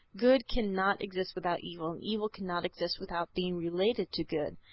good cannot exist without evil, and evil cannot exist without being related to good.